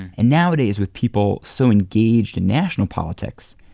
and nowadays, with people so engaged in national politics,